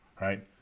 Right